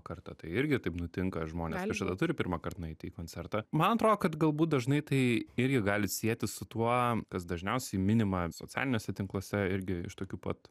kartą tai irgi taip nutinka žmonės kažkada turi pirmąkart nueiti į koncertą man atrodo kad galbūt dažnai tai irgi gali sietis su tuo kas dažniausiai minima socialiniuose tinkluose irgi iš tokių pat